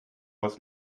was